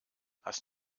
hast